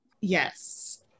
Yes